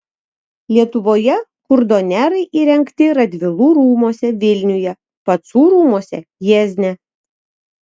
lietuvoje kurdonerai įrengti radvilų rūmuose vilniuje pacų rūmuose jiezne